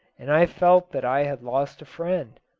and i felt that i had lost a friend.